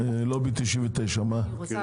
אני רוצה